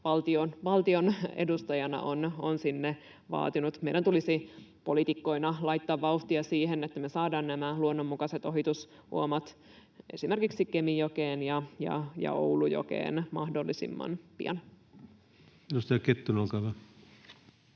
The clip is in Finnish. valtion edustajana on sinne vaatinut. Meidän tulisi poliitikkoina laittaa vauhtia siihen, että saadaan nämä luonnonmukaiset ohitusuomat esimerkiksi Kemijokeen ja Oulujokeen mahdollisimman pian. [Speech